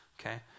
Okay